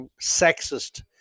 sexist